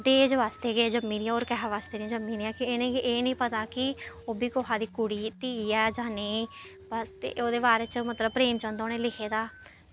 दहेज़ बास्ते गै जम्मी दियां होर किसे बास्तै निं जम्मी जियां कि इ'नेंगी एह् निं पता कि एह् कि ओह् बी कुसै दी कुड़ी ऐ धीऽ ऐ जां नेईं ते ओह्दे बारे च मतलब प्रेमचन्द होरें लिखे दा